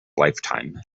lifetime